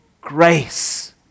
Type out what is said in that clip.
grace